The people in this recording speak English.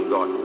God